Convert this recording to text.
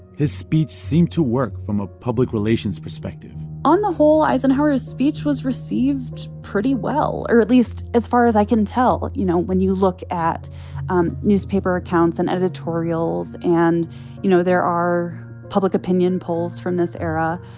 his speech seemed to work from a public relations perspective on the whole, eisenhower's speech was received pretty well or at least as far as i can tell, you know, when you look at um newspaper accounts and editorials. and you know, there are public opinion polls from this era.